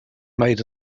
made